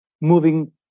moving